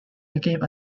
became